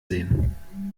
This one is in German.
sehen